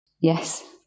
Yes